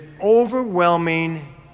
overwhelming